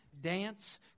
Dance